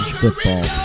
football